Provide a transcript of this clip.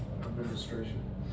Administration